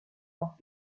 noch